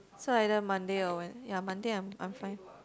so either Monday or Wed~ ya Monday I'm I'm fine